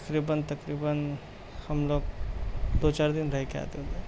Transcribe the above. تقریباً تقریباً ہم لوگ دو چار دن رہ کے آتے تھے